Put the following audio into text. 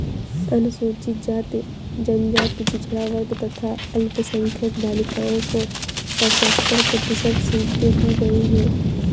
अनुसूचित जाति, जनजाति, पिछड़ा वर्ग तथा अल्पसंख्यक बालिकाओं को पचहत्तर प्रतिशत सीटें दी गईं है